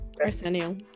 arsenio